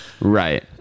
Right